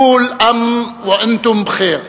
כול עאם ואנתום בח'יר.